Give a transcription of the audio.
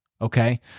Okay